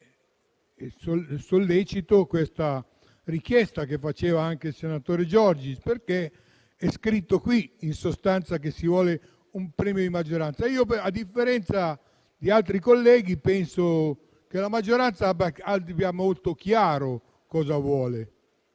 sollecito questa richiesta che faceva anche il senatore Giorgis, perché è scritto qui in sostanza che si vuole un premio di maggioranza. Io, a differenza di altri colleghi, penso che la maggioranza abbia molto chiaro cosa vuole.